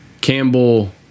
Campbell